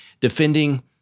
defending